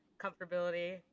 comfortability